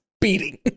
beating